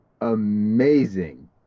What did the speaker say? amazing